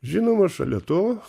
žinoma šalia to